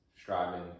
Striving